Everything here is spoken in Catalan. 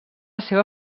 seva